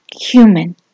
human